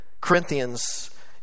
Corinthians